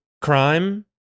crime